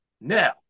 Now